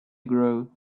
grow